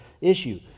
issue